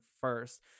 first